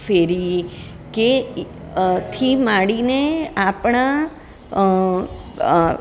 કે થી માંડીને આપણા